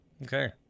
Okay